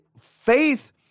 faith